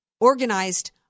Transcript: organized